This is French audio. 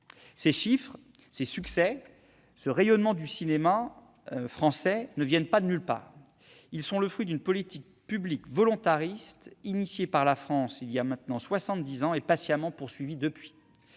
Ces chiffres, ces succès, ce rayonnement du cinéma français ne viennent pas de nulle part. Ils sont le fruit d'une politique publique volontariste engagée par la France voilà soixante-dix ans et patiemment poursuivie depuis,